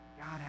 God